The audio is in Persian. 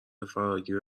فراگیر